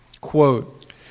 Quote